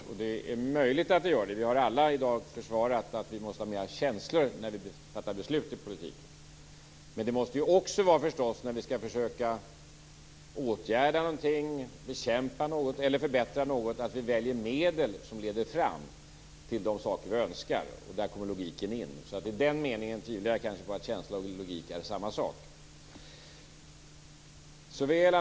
Herr talman! Andre vice talmannen nämnde att känsla och logik hör ihop, och det är möjligt att det gör det. Vi har alla i dag sagt att vi måste har mer känslor när vi fattar beslut i politiken. Men när vi försöker åtgärda, bekämpa eller förbättra någonting måste vi också välja medel som leder fram till de saker vi önskar, och där kommer logiken in. I den meningen tvivlar jag kanske på att känsla och logik är samma sak.